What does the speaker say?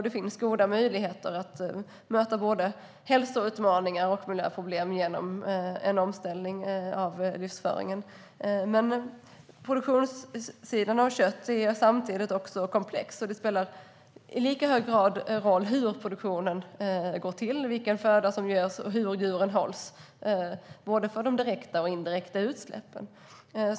Det finns goda möjligheter att möta både hälsoutmaningar och miljöproblem genom en omställning av livsföringen. Produktionssidan när det gäller kött är också komplex. Det spelar i lika hög grad roll hur produktionen går till, vilken föda som ges och hur djuren hålls, för både direkta och indirekta utsläpp.